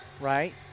right